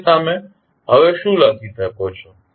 તેથી તમે હવે શું લખી શકો છો